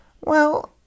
Well